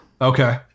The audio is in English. Okay